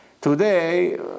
Today